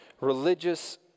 Religious